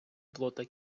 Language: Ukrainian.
плота